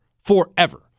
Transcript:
forever